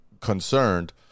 concerned